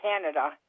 Canada